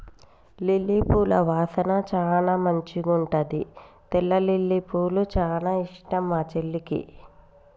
lily పూల వాసన చానా మంచిగుంటది తెల్ల లిల్లీపూలు చానా ఇష్టం మా చెల్లికి